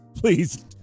Please